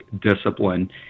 discipline